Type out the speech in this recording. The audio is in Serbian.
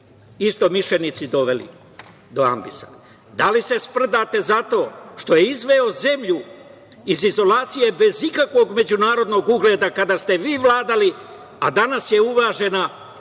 istomišljenici doveli? Da li se sprdate zato što je izveo zemlju iz izolacije bez ikakvog međunarodnog ugleda kada ste vi vladali, a danas je uvažena